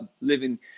living